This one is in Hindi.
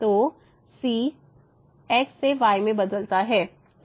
तो c x से y में बदलता है